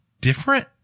different